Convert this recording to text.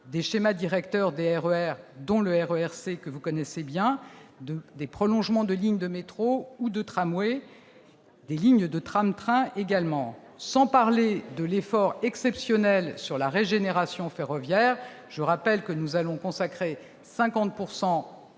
des schémas directeurs des RER, dont le RER C que vous connaissez bien, des prolongements de lignes de métro ou de tramway, des lignes de tram-train, sans parler de l'effort exceptionnel sur la régénération ferroviaire. Je rappelle que nous allons consacrer 50